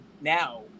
now